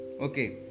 Okay